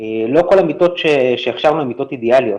לא כל המיטות שהכשרנו הן מיטות אידיאליות.